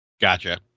Gotcha